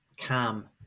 calm